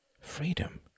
Freedom